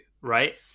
right